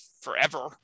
forever